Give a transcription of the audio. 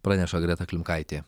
praneša greta klimkaitė